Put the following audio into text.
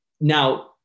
now